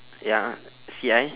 ya C I